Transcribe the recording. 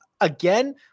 again